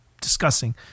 discussing